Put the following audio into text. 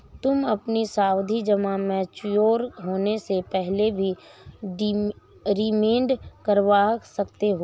तुम अपनी सावधि जमा मैच्योर होने से पहले भी रिडीम करवा सकते हो